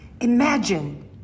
Imagine